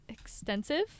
extensive